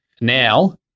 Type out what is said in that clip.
now